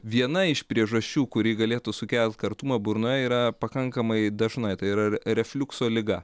viena iš priežasčių kuri galėtų sukelt kartumą burnoje yra pakankamai dažnai tai yra re refliukso liga